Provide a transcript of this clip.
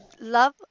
love